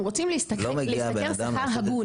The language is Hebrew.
הם רוצים להשתכר שכר הגון.